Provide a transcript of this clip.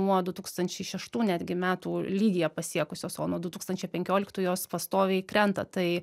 nuo du tūkstančiai šeštų netgi metų lygyje pasiekusios o nuo du tūkstančiai penkioliktų jos pastoviai krenta tai